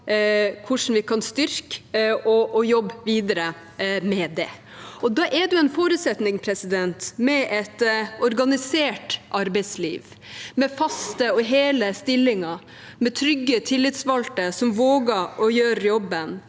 hvordan vi kan styrke og jobbe videre med det. Da er det en forutsetning med et organisert arbeidsliv, med faste og hele stillinger og med trygge tillitsvalgte som våger å gjøre jobben,